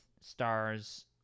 stars